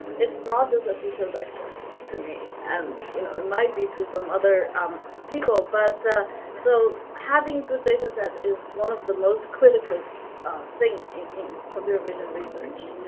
it's not just a future vector to me um you know it might be to some other um people, but so having good dataset is one of the most critical things in in computer vision research.